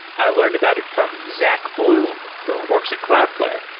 i learned about it from zach bloom, who works at cloudflare,